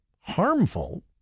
harmful